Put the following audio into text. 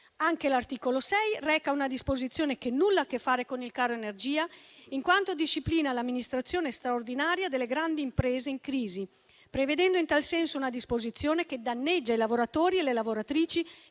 Anche l'articolo 6 reca una disposizione che nulla ha a che fare con il caro energia in quanto disciplina l'amministrazione straordinaria delle grandi imprese in crisi, prevedendo in tal senso una disposizione che danneggia i lavoratori e le lavoratrici